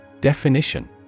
Definition